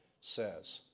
says